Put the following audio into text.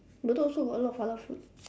bedok also got a lot of halal food